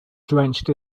drenched